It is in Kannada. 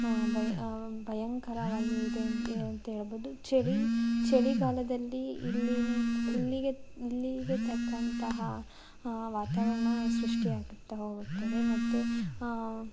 ಬಯ್ ಭಯಂಕರವಾಗಿ ಇದೆ ಇದೆ ಎಂತ ಹೇಳ್ಬೋದು ಚಳಿ ಚಳಿಗಾಲದಲ್ಲಿ ಇಲ್ಲಿನ ಇಲ್ಲಿಗೆ ಇಲ್ಲಿಗೆ ತಕ್ಕಂತಹ ವಾತಾವರಣ ಸೃಷ್ಟಿಯಾಗುತ್ತಾ ಹೋಗುತ್ತದೆ ಮತ್ತು